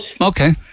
Okay